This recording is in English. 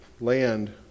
land